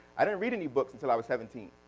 i didn't read any books until i was seventeen.